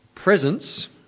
Presence